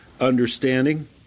understanding